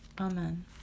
Amen